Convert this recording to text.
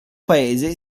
paese